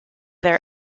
their